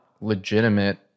legitimate